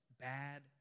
bad